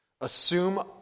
assume